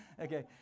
Okay